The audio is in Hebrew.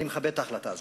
אני מכבד את ההחלטה הזאת,